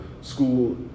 School